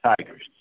Tigers